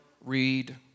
read